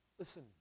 Listen